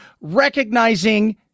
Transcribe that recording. recognizing